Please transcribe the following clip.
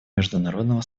международного